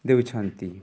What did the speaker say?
ଦେଉଛନ୍ତି